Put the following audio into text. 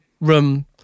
room